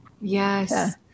yes